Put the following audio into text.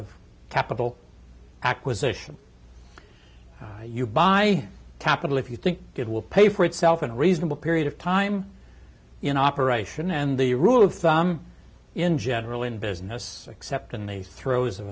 of capital acquisition you buy capital if you think it will pay for itself in a reasonable period of time in operation and the rule of thumb in general in business except in the throes of